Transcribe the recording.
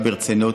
עכשיו ברצינות,